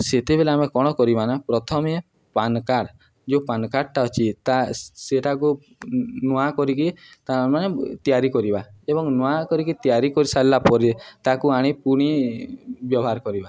ସେତେବେଲେ ଆମେ କ'ଣ କରିବା ନା ପ୍ରଥମେ ପାନ୍ କାର୍ଡ଼ ଯେଉଁ ପାନ୍ କାର୍ଡ଼ଟା ଅଛି ତା ସେଟାକୁ ନୂଆ କରିକି ତା ମାନେ ତିଆରି କରିବା ଏବଂ ନୂଆ କରିକି ତିଆରି କରିସାରିଲା ପରେ ତାକୁ ଆଣି ପୁଣି ବ୍ୟବହାର କରିବା